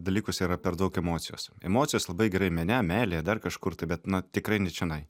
dalykuose yra per daug emocijos emocijos labai gerai mene meilėje dar kažkur tai bet na tikrai ne čionai